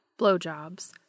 Blowjobs